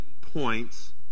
points